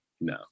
no